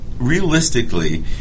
realistically